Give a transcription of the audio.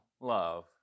love